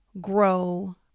grow